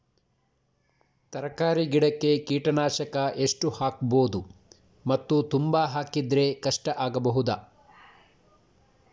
ತರಕಾರಿ ಗಿಡಕ್ಕೆ ಕೀಟನಾಶಕ ಎಷ್ಟು ಹಾಕ್ಬೋದು ಮತ್ತು ತುಂಬಾ ಹಾಕಿದ್ರೆ ಕಷ್ಟ ಆಗಬಹುದ?